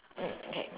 mm okay